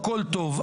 הכול טוב,